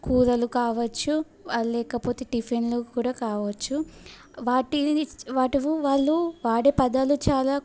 కూరలు కావచ్చు లేకపోతే టిఫిన్లు కూడా కావచ్చు వాటి వాళ్ళు వాడే పదాలు చాలా